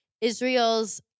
Israel's